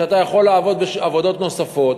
שאתה יכול לעבוד בעבודות נוספות.